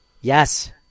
Yes